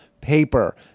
paper